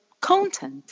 content